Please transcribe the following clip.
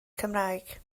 cymraeg